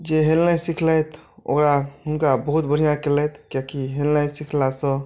जे हेलनाइ सिखलथि ओकरा हुनका बहुत बढ़िआँ केलथि किआकी हेलनाइ सिखलासँ